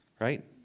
right